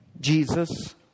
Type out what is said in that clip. Jesus